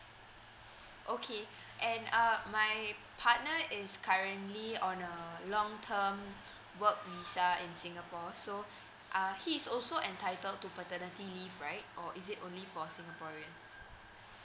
okay and uh my partner is currently on a long term work visa in singapore so uh he is also entitled to paternity leave right or is it only for singaporeans